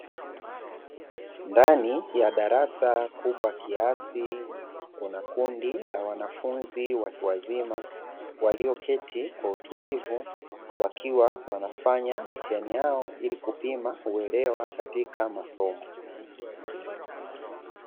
Ndani ya darasa kubwa kiasi kunakundi la wanafunzi watu wazima walioketi kwa utulivu wakiwa wanafanya mitihani yao ilikupima uelewa katika masomo.